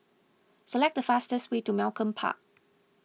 select the fastest way to Malcolm Park